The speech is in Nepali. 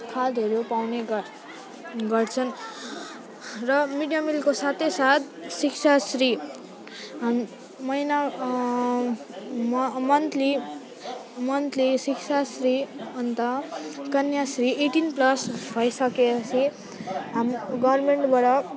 खाद्यहरू पाउने गर गर्छन् र मिडडे मिलको साथै साथ शिक्षाश्री महिना म मन्थली मन्थली शिक्षाश्री अन्त कन्याश्री एटिन प्लस भइसकेपछि हामी गभर्मेन्टबाट